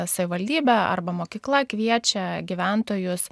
savivaldybė arba mokykla kviečia gyventojus